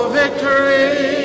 victory